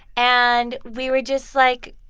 and we were just like,